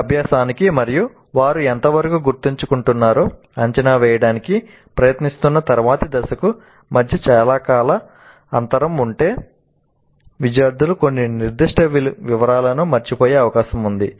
ఈ అభ్యాసానికి మరియు వారు ఎంతవరకు గుర్తుంచుకుంటున్నారో అంచనా వేయడానికి ప్రయత్నిస్తున్న తరువాతి దశకు మధ్య చాలా కాలం అంతరం ఉంటే విద్యార్థులు కొన్ని నిర్దిష్ట వివరాలను మరచిపోయే అవకాశం ఉంది